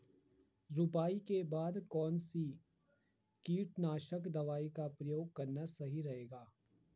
रुपाई के बाद कौन सी कीटनाशक दवाई का प्रयोग करना सही रहेगा?